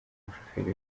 umushoferi